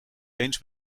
eens